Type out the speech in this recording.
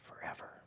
forever